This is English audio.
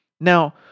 Now